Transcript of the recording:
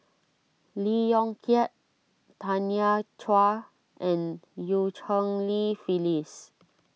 Lee Yong Kiat Tanya Chua and Eu Cheng Li Phyllis